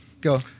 Go